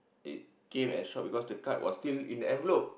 it came as shock because the card was still in the envelope